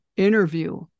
Interview